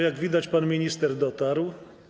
Jak widać, pan minister dotarł.